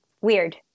weird